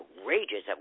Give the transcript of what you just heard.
outrageous